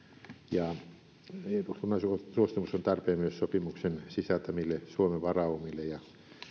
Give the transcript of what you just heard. ja eduskunnan suostumus on tarpeen myös sopimuksen sisältämille suomen varaumille ja